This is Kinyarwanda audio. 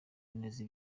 neza